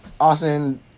Austin